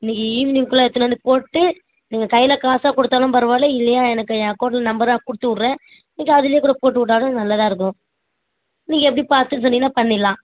இன்றைக்கி ஈவ்னிங்குள்ளே எடுத்துன்னு வந்து போட்டு நீங்கள் கையில காசாக கொடுத்தாலும் பரவாயில்லை இல்லையா எனக்கு என் அக்கௌண்டில் நம்பரை கொடுத்து விட்றேன் நீங்கள் அதுலையே கூட போட்டு விட்டாலும் நல்லாதான் இருக்கும் நீங்கள் எப்படி பார்த்து சொன்னீங்கன்னால் பண்ணிடலாம்